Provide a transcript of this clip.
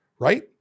Right